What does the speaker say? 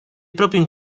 proprio